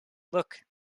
look